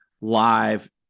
live